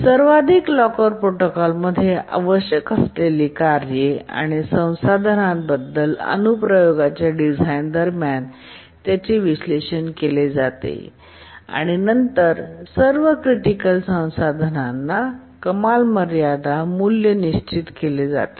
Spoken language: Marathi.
सर्वाधिक लॉकर प्रोटोकॉल मध्ये आवश्यक असलेल्या कार्ये आणि संसाधनांबद्दल अनु प्रयोगाच्या डिझाइन दरम्यान त्यांचे विश्लेषण केले जाते आणि नंतर सर्व क्रिटिकल संसाधनांना कमाल मर्यादा मूल्य निश्चित केले जाते